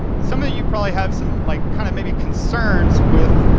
some of you probably have some, like kind of maybe, concerns with,